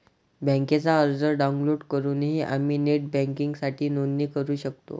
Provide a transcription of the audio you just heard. बँकेचा अर्ज डाउनलोड करूनही आम्ही नेट बँकिंगसाठी नोंदणी करू शकतो